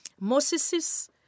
Moses